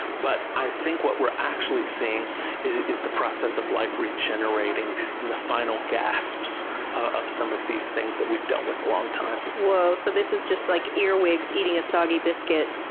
but i think what we're actually seeing is is the process of life regenerating, and the final gasps of some of these things that we've dealt with a long time. woah, so this is just, like, earwigs eating a soggy biscuit?